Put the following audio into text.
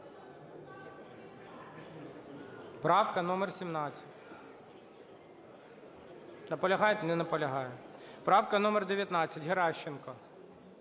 Правка номер 17. Наполягаєте? Не наполягає. Правка номер 19, Геращенко.